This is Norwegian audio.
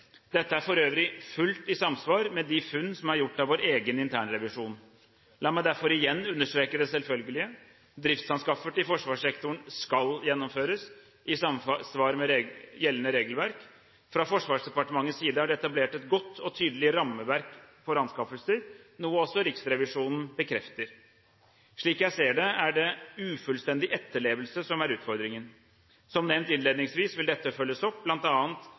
Dette er for øvrig fullt ut i samsvar med de funn som er gjort av vår egen internrevisjon. La meg derfor igjen understreke det selvfølgelige: Driftsanskaffelser til forsvarssektoren skal gjennomføres i samsvar med gjeldende regelverk. Fra Forsvarsdepartementets side er det etablert et godt og tydelig rammeverk for anskaffelser, noe også Riksrevisjonen bekrefter. Slik jeg ser det, er det ufullstendig etterlevelse som er utfordringen. Som nevnt innledningsvis vil dette følges opp,